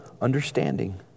understanding